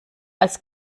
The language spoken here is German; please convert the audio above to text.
als